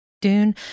dune